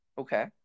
Okay